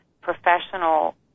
professional